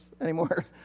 anymore